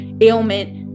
ailment